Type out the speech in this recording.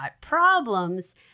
problems